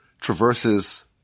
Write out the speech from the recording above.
traverses